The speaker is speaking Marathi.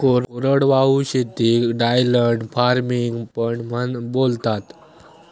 कोरडवाहू शेतीक ड्रायलँड फार्मिंग पण बोलतात